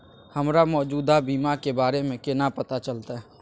हमरा मौजूदा बीमा के बारे में केना पता चलते?